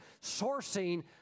sourcing